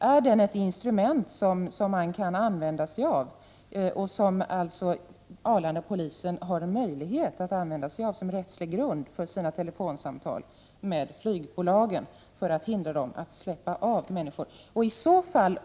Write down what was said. Är den ett instrument som man kan använda sig av och som Arlandapolisen har möjlighet att använda sig av som rättslig grund för sina telefonsamtal med flygbolagen i syfte att hindra dem att släppa av människor?